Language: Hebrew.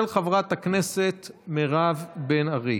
של חברת הכנסת מירב בן ארי.